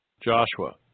Joshua